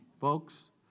folks